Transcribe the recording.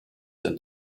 and